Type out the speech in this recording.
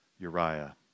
Uriah